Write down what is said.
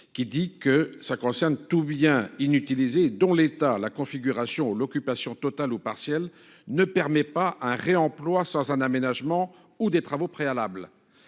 entend par " friche " tout bien [...] inutilisé et dont l'état, la configuration ou l'occupation totale ou partielle ne permet pas un réemploi sans un aménagement ou des travaux préalables